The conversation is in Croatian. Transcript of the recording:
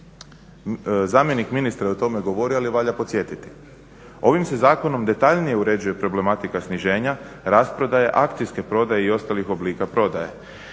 Zamjenik ministra je o tome govorio ali valja podsjetiti. Ovim se zakonom detaljnije uređuje problematika sniženja, rasprodaja, akcijske prodaje i ostalih oblika prodaje.